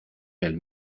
del